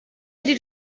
ydy